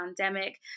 pandemic